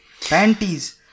panties